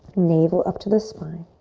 navel up to the spine.